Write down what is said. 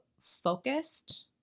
focused